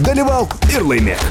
dalyvauk ir laimėk